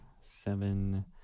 seven